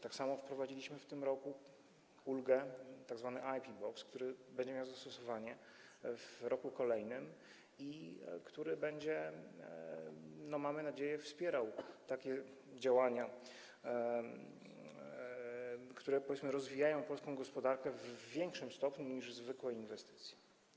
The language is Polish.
Tak samo wprowadziliśmy w tym roku ulgę tzw. IP Box, która będzie miała zastosowanie w roku kolejnym i która będzie, mamy nadzieję, wspierała takie działania, które, powiedzmy, rozwijają polską gospodarkę w większym stopniu niż zwykłe inwestycje.